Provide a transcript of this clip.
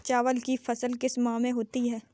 चावल की फसल किस माह में होती है?